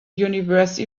universe